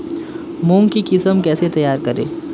मूंग की किस्म कैसे तैयार करें?